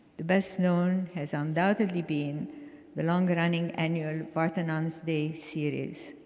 the best known as undoubtedly been the long running annual vardanants day series.